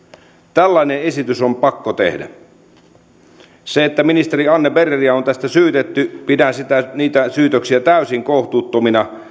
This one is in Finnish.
tällainen esitys on pakko tehdä ministeri anne berneriä on tästä syytetty ja pidän niitä syytöksiä täysin kohtuuttomina